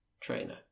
trainer